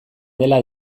dela